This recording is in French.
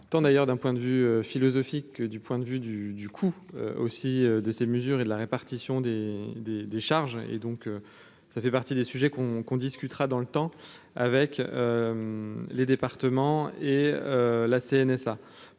tant d'ailleurs d'un point de vue philosophique du point de vue du du coup aussi de ces mesures et de la répartition des, des, des charges et donc ça fait partie des sujets qu'on qu'on discutera dans le temps. Avec les départements et la CNSA